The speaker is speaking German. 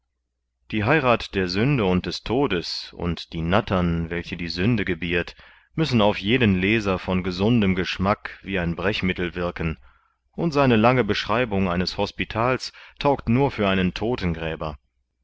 die heirath der sünde und des todes und die nattern welche die sünde gebiert müssen auf jeden leser von gesundem geschmack wie ein brechmittel wirken und seine lange beschreibung eines hospitals taugt nur für einen todtengräber